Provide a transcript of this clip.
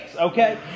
Okay